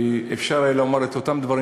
אפשר היה לומר את אותם דברים,